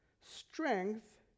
strength